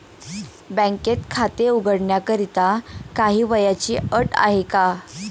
बँकेत खाते उघडण्याकरिता काही वयाची अट आहे का?